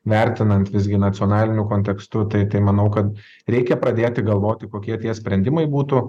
vertinant visgi nacionaliniu kontekstu tai tai manau kad reikia pradėti galvoti kokie tie sprendimai būtų